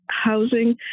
housing